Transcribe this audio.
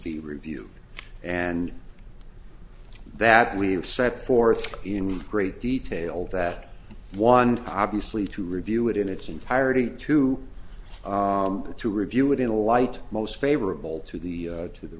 be review and that we've set forth in great detail that one obviously to review it in its entirety two to review it in a light most favorable to the to the